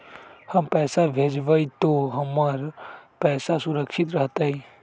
हम पैसा भेजबई तो हमर पैसा सुरक्षित रहतई?